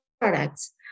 products